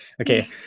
Okay